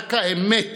שרק האמת